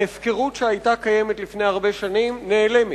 ההפקרות שהיתה קיימת לפני הרבה שנים, נעלמת.